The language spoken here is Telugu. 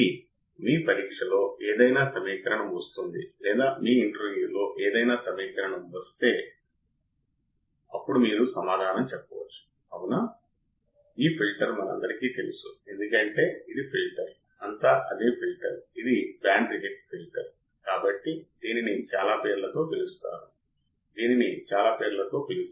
కాబట్టి మనం చెప్పేది ఏమిటంటే ఇన్వర్టింగ్ మరియు నాన్ ఇన్వర్టింగ్ టెర్మినల్ ను గ్రౌండ్ చేసినప్పుడు కొంత అవుట్పుట్ మిల్లివోల్ట్ల లో ఉన్నందున మనం ఇన్వర్టింగ్ లేదా నాన్ ఇన్వర్టింగ్ టెర్మినల్ వద్ద ఒక చిన్న వోల్టేజ్ను వర్తింపజేయాలి